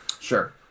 sure